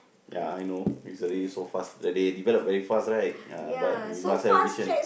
ya I know recently so fast the they develop very fast right ya but we must have a vision